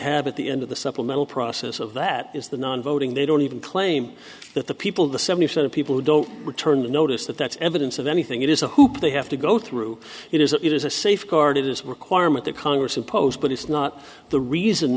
have at the end of the supplemental process of that is the non voting they don't even claim that the people of the seventy percent of people who don't return a notice that that's evidence of anything it is a hoop they have to go through it is that it is a safeguard it is requirement that congress imposed but it's not the reason